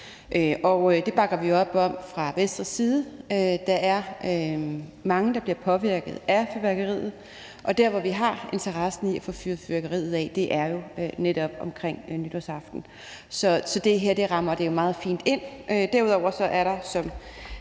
Det bakker vi op om fra Venstres side. Der er mange, der bliver påvirket af fyrværkeriet, og der, hvor vi har interessen i at få fyret fyrværkeriet af, er jo netop omkring nytårsaften. Så det her rammer det meget fint ind. Derudover er der, som